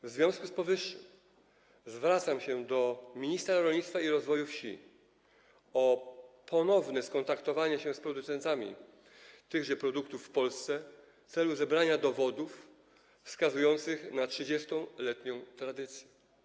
W związku z powyższym zwracam się do ministra rolnictwa i rozwoju wsi o ponowne skontaktowanie się z producentami tychże produktów w Polsce w celu zebrania dowodów wskazujących na 30-letnią tradycję.